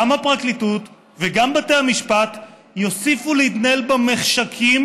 גם הפרקליטות וגם בתי המשפט יוסיפו להתנהל במחשכים